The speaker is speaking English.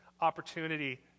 opportunity